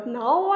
now